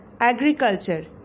agriculture